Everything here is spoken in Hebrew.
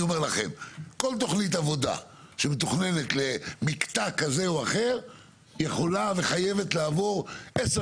כל תכנית עבודה שמתוכננת למקטע כזה או אחר יכולה וחייבת לעבור עשר